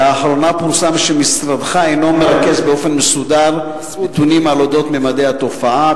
לאחרונה פורסם שמשרדך אינו מרכז באופן מסודר נתונים על ממדי התופעה.